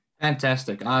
Fantastic